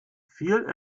viel